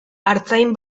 artzain